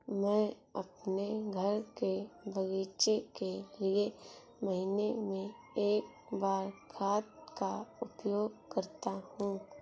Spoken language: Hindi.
मैं अपने घर के बगीचे के लिए महीने में एक बार खाद का उपयोग करता हूँ